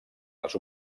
les